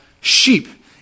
sheep